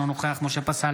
אינו נוכח משה פסל,